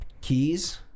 keys